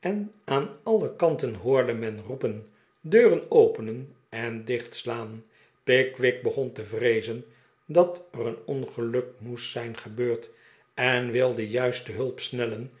en aan alle kanten hoorde men roepen deuren openen en dichtslaan pickwick begon te vreezen dat er een ongeluk moest zijn gebeurd en wilde juist te hulp snellen